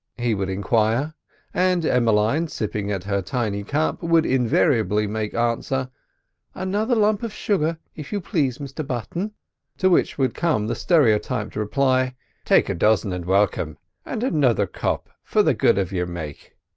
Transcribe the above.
he would enquire and emmeline, sipping at her tiny cup, would invariably make answer another lump of sugar, if you please, mr button to which would come the stereotyped reply take a dozen, and welcome and another cup for the good of your make.